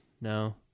no